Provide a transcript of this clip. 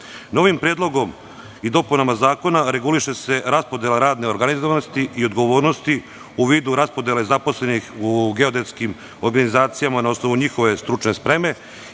predlogom i dopunama zakona reguliše se raspodela radne organizovanosti i odgovornosti u vidu raspodele zaposlenih u geodetskim organizacijama na osnovu njihove stručne spreme